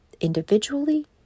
individually